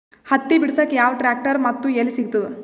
ಹತ್ತಿ ಬಿಡಸಕ್ ಯಾವ ಟ್ರ್ಯಾಕ್ಟರ್ ಮತ್ತು ಎಲ್ಲಿ ಸಿಗತದ?